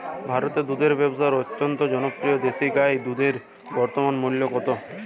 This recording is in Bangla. ভারতে দুধের ব্যাবসা অত্যন্ত জনপ্রিয় দেশি গাই দুধের বর্তমান মূল্য কত?